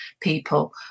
people